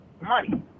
Money